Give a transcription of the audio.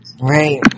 Right